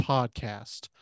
Podcast